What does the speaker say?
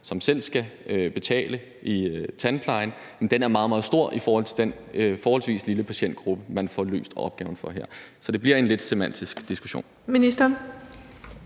som selv skal betale i tandplejen, er meget, meget stor i forhold til den forholdsvis lille patientgruppe, man får løst opgaven for her. Så det bliver lidt en semantisk diskussion.